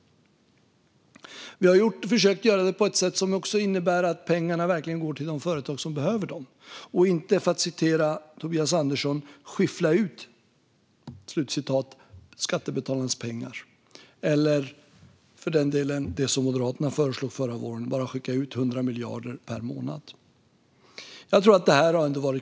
Vi har försökt att göra det här på ett sätt som inneburit att pengarna verkligen har gått till de företag som behöver dem och inte, för att använda Tobias Anderssons ord, skyffla ut skattebetalarnas pengar - eller för den delen, som Moderaterna föreslog förra våren, bara skicka ut 100 miljarder per månad. Jag tror att det här var klokare.